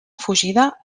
fugida